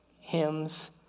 hymns